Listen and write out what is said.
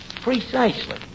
Precisely